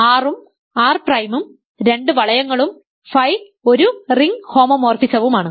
R ഉം R പ്രൈമും രണ്ട് വളയങ്ങളും ഫൈ ഒരു റിംഗ് ഹോമോമോർഫിസവുമാണ്